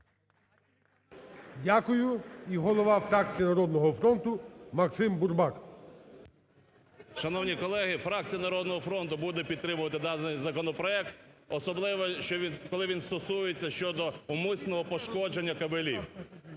Дякую. І голова фракції "Народного фронту" Максим Бурбак. 17:42:19 БУРБАК М.Ю. Шановні колеги, фракція "Народного фронту" буде підтримувати даний законопроект, особливо, коли він стосується щодо умисного пошкодження кабелів.